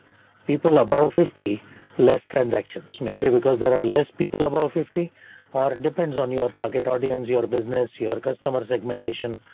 people about fifty less transactions. maybe because there are less people about fifty or it depends on your target audience, your business, your customer segmentation,